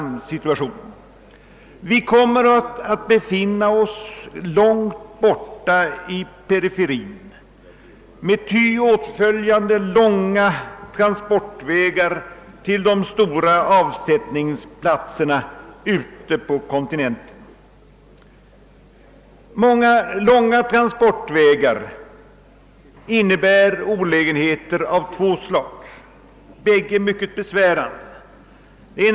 Sverige kommer alltjämt att befinna sig långt borta i periferin med ty åtföljande långa transportvägar till de stora avsättningsplatserna ute på kontinenten. Långa transportvägar innebär olägenheter av två mycket besvärande slag.